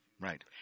Right